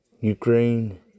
Ukraine